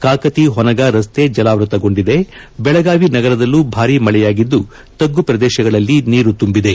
ಕಾಕತಿ ಹೊನಗಾ ರಸ್ತೆ ಜಲಾವೃತಗೊಂಡಿದೆ ಬೆಳಗಾವಿ ನಗರದಲ್ಲೂ ಭಾರೀ ಮಳೆಯಾಗಿದ್ದು ತಗ್ಗು ಪ್ರದೇಶಗಳಲ್ಲಿ ನೀರು ತುಂಬಿದೆ